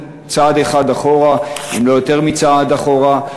צעד אחד אחורה, אם לא יותר מצעד אחורה,